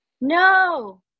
No